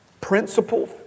principle